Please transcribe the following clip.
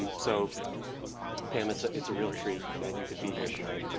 so pam, it's ah it's a real treat that you could be here tonight.